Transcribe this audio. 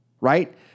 right